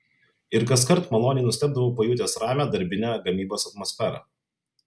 ir kaskart maloniai nustebdavau pajutęs ramią darbinę gamybos atmosferą